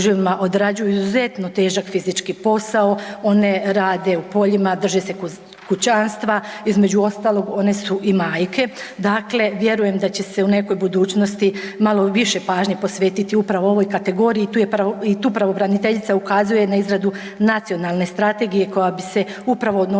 muževima, odrađuju izuzetno težak fizički posao, one rade u poljima, drže se kućanstva, između ostalog one su i majke. Dakle, vjerujem da će se u nekoj budućnosti malo više pažnje posvetiti upravo ovoj kategoriji i tu pravobraniteljica ukazuje na izradu nacionalne strategije koja bi se upravo odnosila